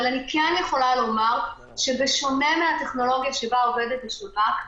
אבל אני יכולה לומר שבשונה מהטכנולוגיה שבה עובד השב"כ,